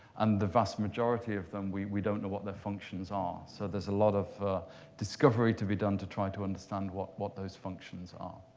and the vast majority of them we we don't know what their functions are. so there's a lot of discovery to be done to try to understand what what those functions are.